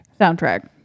soundtrack